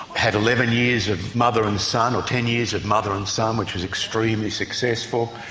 had eleven years of mother and son, or ten years of mother and son, which was extremely successful,